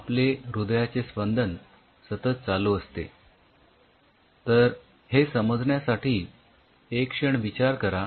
आपले हृदयाचे स्पंदन सतत चालू असते तर हे समजण्यासाठी एक क्षण विचार करा